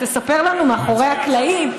תספר לנו על מאחורי הקלעים,